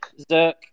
Zerk